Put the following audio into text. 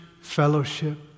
fellowship